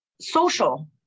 social